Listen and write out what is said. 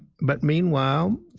but meanwhile.